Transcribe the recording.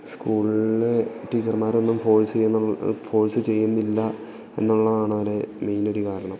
സ്കൂളില് ടീച്ചർമാരൊന്നും ഫോഴ്സ് ചെയ്യുന്നില്ല എന്നുള്ളതാണതിലെ മെയിനൊരു കാരണം